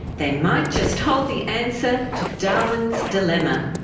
they might just hold the answer to darwin's dilemma.